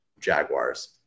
Jaguars